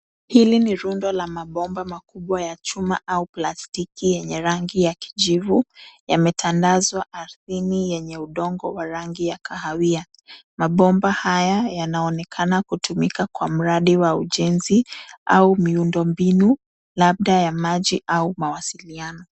Hili ni rundo la mabomba makubwa ya chuma au plastiki yenye rangi ya kijivu, yametandazwa ardhini yenye udongo wa rangi ya kahawia. Mabomba haya yanaonekana kutumika kwa mradi wa ujenzi au miundo mbinu; labda ya maji au mawasiliano.